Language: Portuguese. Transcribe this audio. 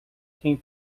quem